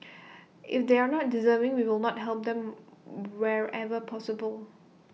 if they are not deserving we will not help them wherever possible